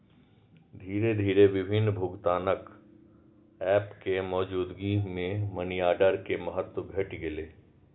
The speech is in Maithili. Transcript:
धीरे धीरे विभिन्न भुगतान एप के मौजूदगी मे मनीऑर्डर के महत्व घटि गेलै